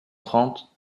trente